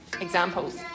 examples